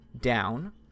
down